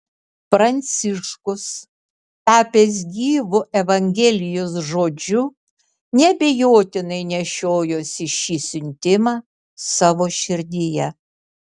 pranciškus tapęs gyvu evangelijos žodžiu neabejotinai nešiojosi šį siuntimą savo širdyje